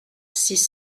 six